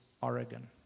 Oregon